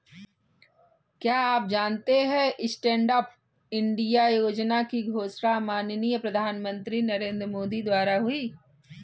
क्या आप जानते है स्टैंडअप इंडिया योजना की घोषणा माननीय प्रधानमंत्री नरेंद्र मोदी द्वारा हुई?